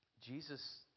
Jesus